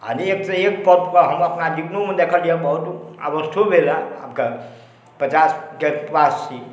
आओर एकसँ एक पदपर हम अपना जीवनोमे देखलिए अवस्थो भेल अइ आब तऽ पचासके पास छी